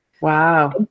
Wow